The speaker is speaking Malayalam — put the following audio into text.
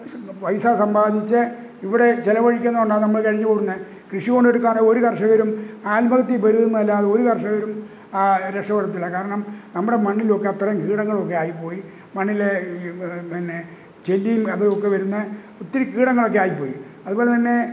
പൈസ സമ്പാദിച്ച് ഇവിടെ ചെലവഴിക്കുന്നത് കൊണ്ടാണ് നമ്മള് കഴിഞ്ഞുപോകുന്നെ കൃഷി കൊണ്ടിരിക്കുവാണെങ്കില് ഒരു കർഷകരും ആത്മഹത്യ പെരുകുന്നതല്ലാതെ ഒരു കർഷകരും രെക്ഷപ്പെടത്തില്ല കാരണം നമ്മുടെ മണ്ണിലൊക്കെ അത്രയും കീടങ്ങളൊക്കെ ആയിപ്പോയി മണ്ണില് പിന്നെ ചെല്ലിയും അതുമൊക്കെ വരുന്ന ഒത്തിരി കീടങ്ങളൊക്കെ ആയിപ്പോയി അതുപോലെതന്നെ